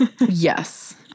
Yes